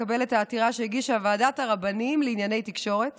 לקבל את העתירה שהגישה ועדת הרבנים לענייני תקשורת